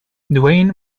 duane